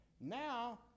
Now